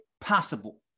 possible